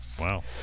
Wow